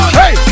hey